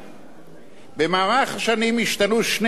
במהלך השנים השתנו שני המרכיבים הללו: